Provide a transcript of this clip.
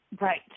Right